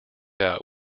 out